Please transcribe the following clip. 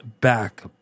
back